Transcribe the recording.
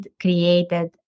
created